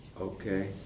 Okay